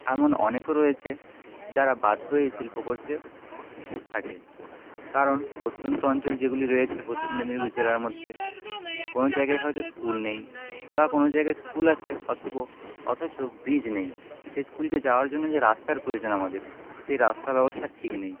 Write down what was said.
এমন অনেকে রয়েছে যারা বাধ্য হয়ে এই শিল্পক করতে থাকে কারণ প্রত্যন্ত অঞ্চল যেগুলি রয়েছে পশ্চিম মেদিনীপুর জেলার মধ্যে কোনো জায়গায় হয়তো স্কুল নেই বা কোনো জায়গায় স্কুল আছে অথচ ব্রিজ নেই সেই স্কুলে যাওয়ার জন্য যে রাস্তার প্রয়োজন আমাদের সেই রাস্তা ব্যবস্থা ঠিক নেই